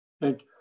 Thank